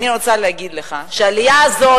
אני רוצה להגיד לך שהעלייה הזאת,